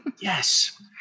Yes